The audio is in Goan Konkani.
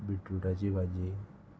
बिटरूटाची भाजी